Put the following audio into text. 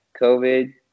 COVID